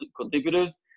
contributors